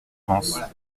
vence